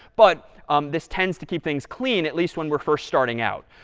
but this tends to keep things clean, at least when we're first starting out.